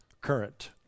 current